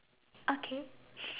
okay